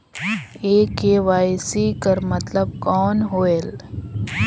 ये के.वाई.सी कर मतलब कौन होएल?